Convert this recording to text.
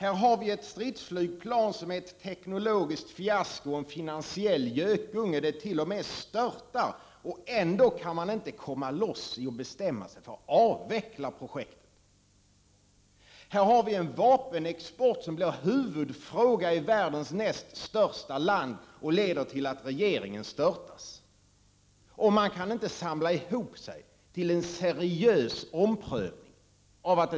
Vi har ett stridsflygplan som är ett teknologiskt fiasko och en finansiell gökunge. Det t.o.m. störtar, och ändå kan man inte komma loss och bestämma sig för att avveckla projektet. Vi har en vapenexport som blir huvudfråga i världens näst största land och leder till att regeringen störtas, men man kan inte samla ihop sig till en seriös omprövning av exporten.